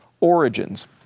origins